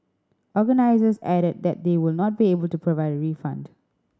organisers added that they would not be able to provide a refund